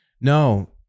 No